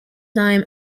time